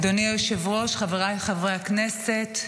אדוני היושב-ראש, חבריי חברי הכנסת,